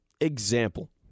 example